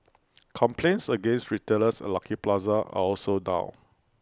complaints against retailers at Lucky Plaza are also down